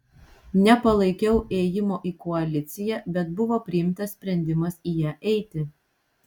nepalaikiau ėjimo į koaliciją bet buvo priimtas sprendimas į ją eiti